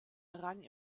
errang